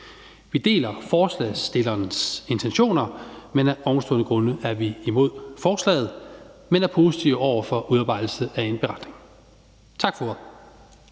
Vi deler forslagsstillernes intentioner, men af ovenstående grunde er vi imod forslaget. Men vi er positive over for udarbejdelse af en beretning. Tak for